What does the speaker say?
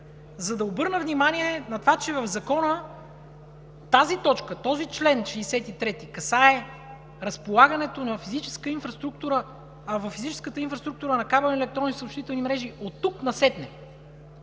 за да обърна внимание, че в Закона тази точка, този чл. 63, касае разполагането на физическа инфраструктура, а във физическата инфраструктура на кабелни и електронни съобщителни мрежи оттук насетне,